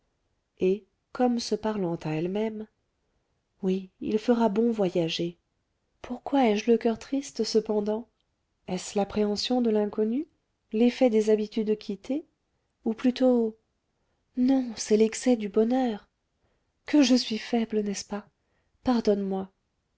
et comme se parlant à elle-même oui il fera bon voyager pourquoi ai-je le coeur triste cependant est-ce l'appréhension de l'inconnu l'effet des habitudes quittées ou plutôt non c'est l'excès du bonheur que je suis faible n'est-ce pas pardonne-moi